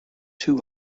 two